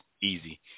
easy